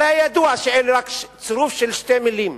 הרי ידוע שזה רק צירוף של שתי מלים.